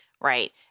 right